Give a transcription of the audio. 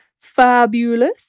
fabulous